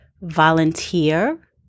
volunteer